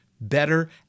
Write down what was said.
better